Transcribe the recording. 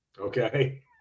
Okay